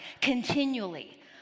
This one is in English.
continually